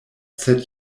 sed